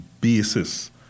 basis